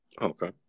okay